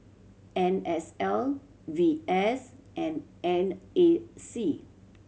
N S L V S and N A C